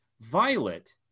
Violet